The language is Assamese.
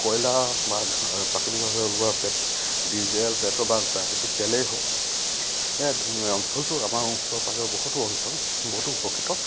কয়লা বা প্ৰাকৃতিকভাৱে বা পেট্ৰল ডিজেল পেট্ৰল বা প্ৰাকৃতিক তেলেই হওক অঞ্চলটোৰ আমাৰ ওচৰে পাঁজৰে বহুতো অঞ্চল বহুতো উপকৃত